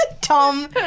Tom